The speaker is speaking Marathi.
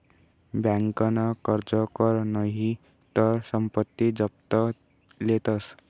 बँकन कर्ज कर नही तर संपत्ती जप्त करी लेतस